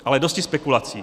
Ale dosti spekulací.